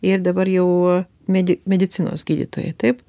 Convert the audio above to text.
ir dabar jau medi medicinos gydytojai taip